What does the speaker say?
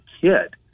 kid